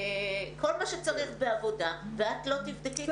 כל מה שצריך בעבודה ואת לא תבדקי.